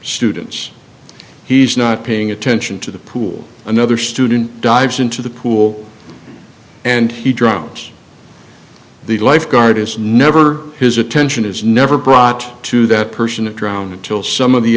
students he's not paying attention to the pool another student dives into the pool and he drops the lifeguard is never his attention is never brought to that person to drown until some of the